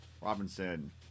Robinson